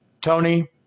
Tony